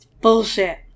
Bullshit